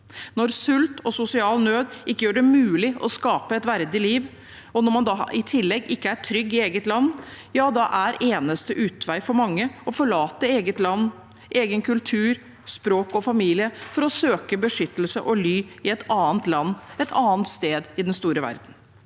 Når sult og sosial nød ikke gjør det mulig å skape et verdig liv, og når man i tillegg ikke er trygg i eget land, ja, da er eneste utvei for mange å forlate eget land og egen kultur, språk og familie for å søke beskyttelse og ly i et annet land, et annet sted i den store verden.